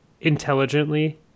Intelligently